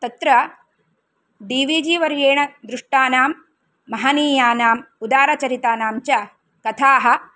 तत्र D V G वर्येण दृष्टानां महानीयानाम् उदारचरितानां च कथाः